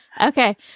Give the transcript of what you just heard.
okay